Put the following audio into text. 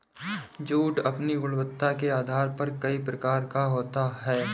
jute अपनी गुणवत्ता के आधार पर कई प्रकार का होता है